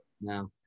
no